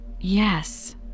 Yes